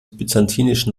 byzantinischen